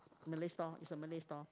Malay store is a Malay store